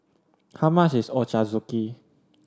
how much is Ochazuke